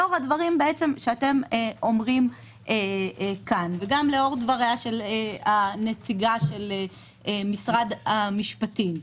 לאור הדברים שאתם אומרים כאן וגם לאור דבריה של נציגת משרד המשפטים,